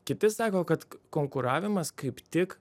kiti sako kad konkuravimas kaip tik